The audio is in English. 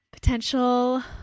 potential